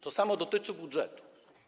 To samo dotyczy budżetu.